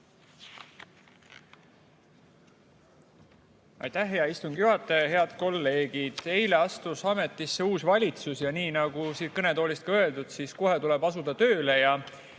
Aitäh, hea istungi juhataja! Head kolleegid! Eile astus ametisse uus valitsus. Ja nii nagu siit kõnetoolist ka öeldud, kohe tuleb asuda tööle.